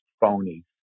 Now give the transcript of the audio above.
phony